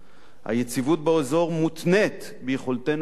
היציבות באזור מותנית ביכולתנו להוריד